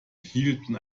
hielten